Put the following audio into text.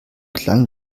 klang